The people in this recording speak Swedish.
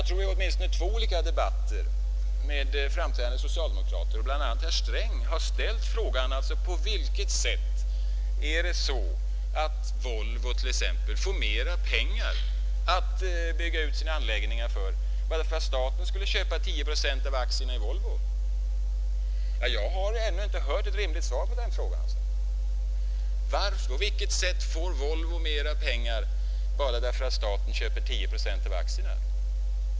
Vid åtminstone två olika debatter med framträdande socialdemokrater, bl.a. herr Sträng, har jag ställt frågan: På vilket sätt får t.ex. Volvo mer pengar att bygga ut sina anläggningar för, om staten skulle köpa 10 procent av aktierna i företaget? Jag har ännu inte fått något rimligt svar på den frågan. På vilket sätt får Volvo mera pengar bara därför att staten köper 10 procent av aktierna?